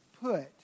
put